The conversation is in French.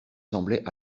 semblaient